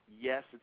Yes